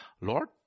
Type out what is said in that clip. Lord